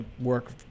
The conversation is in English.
work